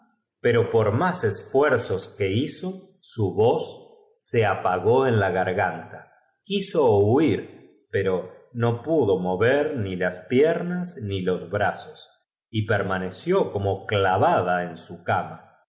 pero por más esfuerzos que hizo su voz se apagó en la garganta quiso huir pero no pudo mover ni las piel'nas ni los brazos y permaneció como clavada en su cama